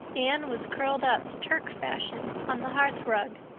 anne was curled up turk-fashion on the hearthrug,